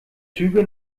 züge